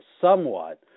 somewhat